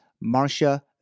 Marcia